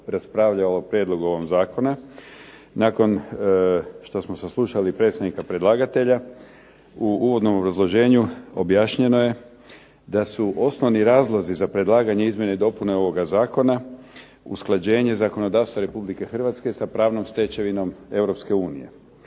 raspravljalo o prijedlogu ovog zakona. Nakon što smo saslušali i predstavnika predlagatelja u uvodnom obrazloženju objašnjeno je da su osnovni razlozi za predlaganje izmjene i dopune ovoga zakona usklađenje zakonodavstva Republike Hrvatske sa pravnom stečevinom